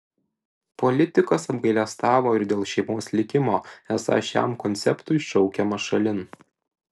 politikas apgailestavo ir dėl šeimos likimo esą šiam konceptui šaukiama šalin